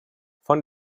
von